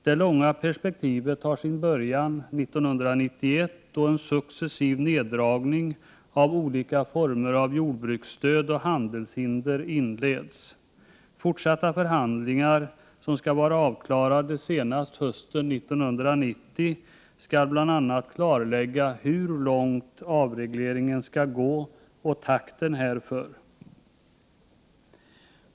Det långa perspektivet tar sin början 1991, då en successiv neddragning av olika former av jordbruksstöd och handelshinder inleds. I fortsatta förhandlingar, som skall vara avklarade senast hösten 1990, skall bl.a. klarläggas hur långt avregleringen skall gå och takten härför.